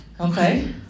Okay